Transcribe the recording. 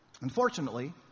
Unfortunately